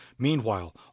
Meanwhile